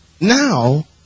Now